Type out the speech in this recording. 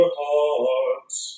hearts